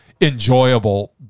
enjoyable